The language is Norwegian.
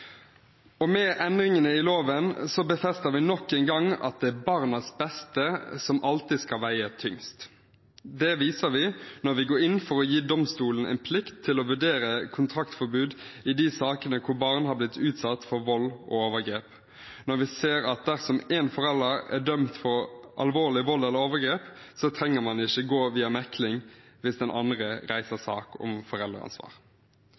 og med endringene i loven befester vi nok en gang at det er barnas beste som alltid skal veie tyngst. Det viser vi når vi går inn for å gi domstolen en plikt til å vurdere kontaktforbud i de sakene hvor barn har blitt utsatt for vold og overgrep. Dersom en forelder er dømt for alvorlig vold eller overgrep, trenger man ikke gå via mekling hvis den andre reiser sak om foreldreansvar.